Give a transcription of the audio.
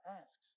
asks